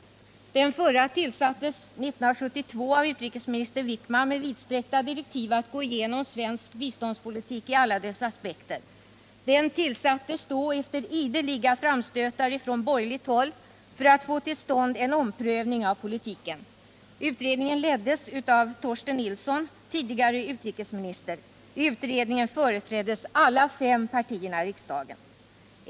Den förra tillsattes 1972 av utrikesminister Wickman och hade vidsträckta direktiv att gå igenom svensk biståndspolitik i alla dess aspekter. Utredningen tillsattes efter ideliga framstötar från borgerligt håll för att få till stånd en omprövning av politiken. Den leddes av Torsten Nilsson, tidigare utrikesminister. I utredningen företräddes alla de fem partierna i riksdagen.